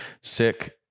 sick